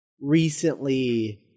recently